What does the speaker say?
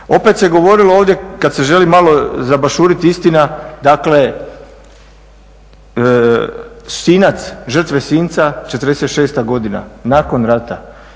Opet se govorilo ovdje kad se želi malo zabašurit istina, dakle Sinac, žrtve Sinca '46. godina, nakon rata,